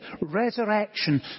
resurrection